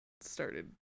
started